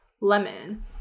lemon